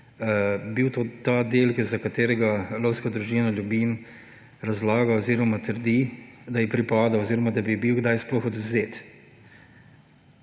bil to ta del, za katerega lovska družina Ljubinj razlaga oziroma trdi, da ji pripada oziroma da bi ji bil sploh kdaj